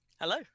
Hello